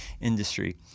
industry